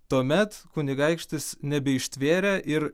tuomet kunigaikštis nebeištvėrė ir